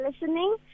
listening